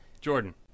Jordan